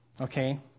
Okay